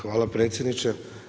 Hvala predsjedniče.